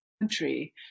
country